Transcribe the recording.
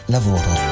Lavoro